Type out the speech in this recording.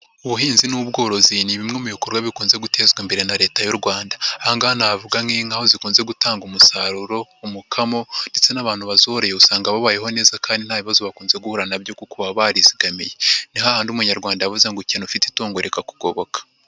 Ubuhinzi n'ubworozi ni bimwe mu bikorwa bikunze gutezwa imbere na Leta y'u Rwanda, aha ngaha navuga nk'inka aho zikunze gutanga umusaruro, umukamo ndetse n'abantu bazoroye usanga babayeho neza kandi nta bibazo bakunze guhura na byo kuko baba barizigamiye, ni ha handi Umunyarwanda yavuze ngo ukena ufite itungo rikakugoboka.